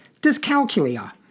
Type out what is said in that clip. Dyscalculia